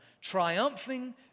triumphing